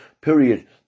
period